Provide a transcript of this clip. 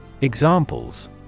Examples